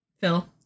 Phil